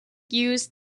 used